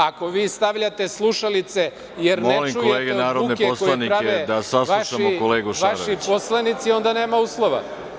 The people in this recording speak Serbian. Ako vi stavljate slušalice jer ne čujete od buke koju prave vaši poslanici, onda nema uslova.